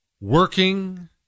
working